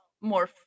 more